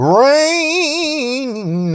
rain